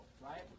right